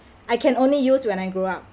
I can only use when I grow up